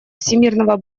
всемирного